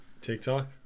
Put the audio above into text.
TikTok